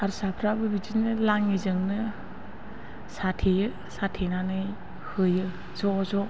हारसाफोराबो बिदिनो लाङिजोंनो साथेयो साथेनानै हैयो ज' ज'